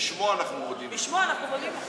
בשמו אנחנו מודים.